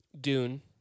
Dune